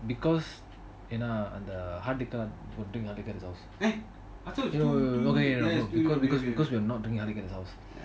!huh! I thought it was two two